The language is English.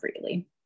freely